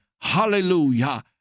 Hallelujah